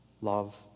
love